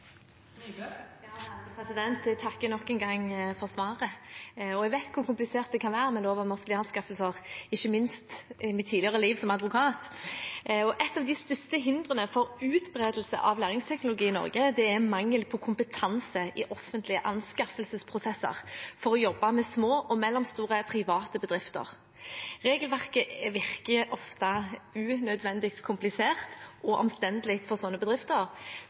kan være med lov om offentlige anskaffelser, ikke minst fra mitt tidligere liv, som advokat. Et av de største hindrene for utbredelse av læringsteknologi i Norge er mangel på kompetanse i offentlige anskaffelsesprosesser til å jobbe med små og mellomstore private bedrifter. Regelverket virker ofte unødvendig komplisert og omstendelig for slike bedrifter,